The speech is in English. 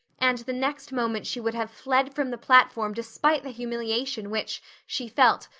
and the next moment she would have fled from the platform despite the humiliation which, she felt,